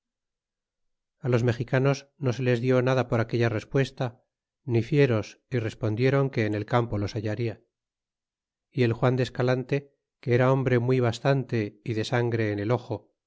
ti los mexicanos no se les dió nada por aquella respuesta ni fieros y respondieron que en el campo los hallaria y el juan de escalante que era hombre muy bastante y de sangre en el ojo